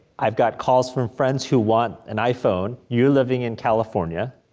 i've got calls from friends who want an iphone, you living in california.